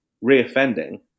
re-offending